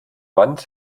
wand